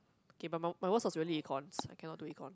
okay my my worst was really eEcons I cannot do eEcons